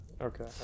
Okay